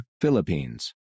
Philippines